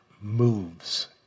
moves